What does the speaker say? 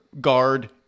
guard